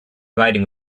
writing